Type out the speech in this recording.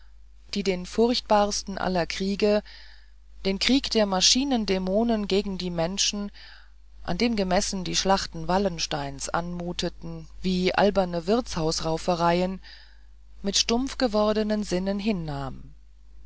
die den furchtbarsten aller kriege den krieg der maschinendämonen gegen die menschen an dem gemessen die schlachten wallensteins anmuteten wie alberne wirtshausraufereien mit stumpf gewordenen sinnen hinnahm